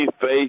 faith